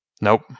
nope